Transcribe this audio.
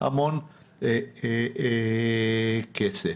המון כסף.